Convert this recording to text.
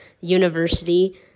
University